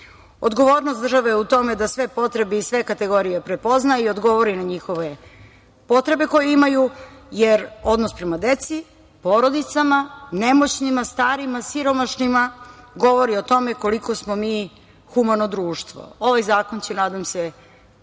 Odgovornost države je u tome da sve potrebe i sve kategorije prepozna i odgovori na njihove potrebe koje imaju, jer odnos prema deci, porodicama, nemoćnima, starima, siromašnima govori o tome koliko smo mi humano društvo. Ovaj zakon će, nadam se, podići